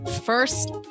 First